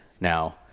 Now